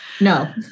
No